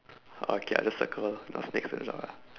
okay I just circle next to the dog lah